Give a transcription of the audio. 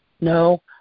No